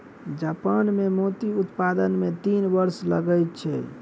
Japan मे मोती उत्पादन मे तीन वर्ष लगै छै